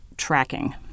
tracking